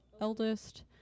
eldest